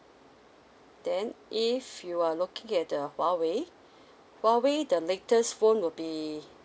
then if you are looking at the Huawei Huawei the latest phone will be